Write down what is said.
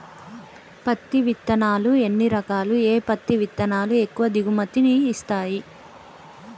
పత్తి విత్తనాలు ఎన్ని రకాలు, ఏ పత్తి విత్తనాలు ఎక్కువ దిగుమతి ని ఇస్తాయి?